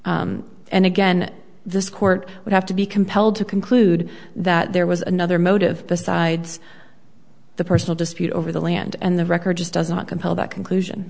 and again this court would have to be compelled to conclude that there was another motive besides the personal dispute over the land and the record just doesn't compel that conclusion